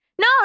No